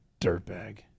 dirtbag